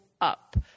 up